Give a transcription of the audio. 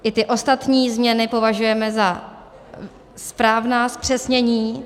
I ty ostatní změny považujeme za správná zpřesnění.